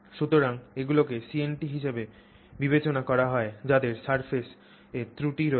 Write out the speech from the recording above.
সুতরাং এগুলোকে CNT হিসাবে বিবেচনা করা হয় যাদের সারফেসে ত্রুটি রয়েছে